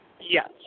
Yes